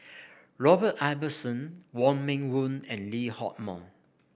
Robert Ibbetson Wong Meng Voon and Lee Hock Moh